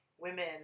Women